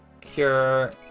cure